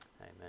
Amen